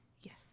yes